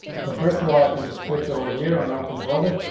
so first of all, i can just click over here on open folder.